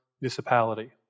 municipality